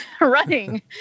running